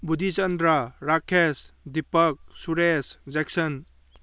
Budhichandra Rakesh Deepak Suresh Jackson